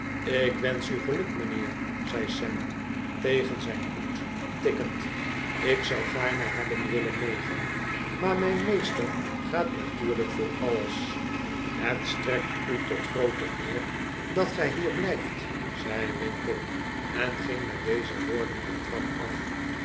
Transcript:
ik wensch u geluk mijnheer zei sam tegen zijn hoed tikkend ik zou gaarne hebben willen meegaan maar mijn meester gaat natuurlijk voor alles het strekt u tot groote eer dat gij hier blijft zei winkle en ging met deze woorden de trap af